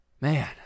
Man